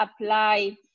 apply